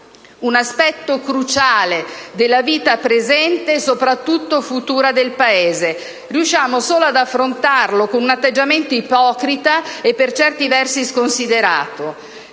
un aspetto cruciale della vita presente e soprattutto futura del Paese. Riusciamo solo ad affrontarlo con un atteggiamento ipocrita e per certi versi sconsiderato!